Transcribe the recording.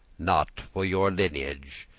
not for your lineage,